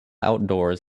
outdoors